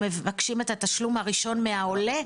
מבקשים את התשלום הראשון מהעולה,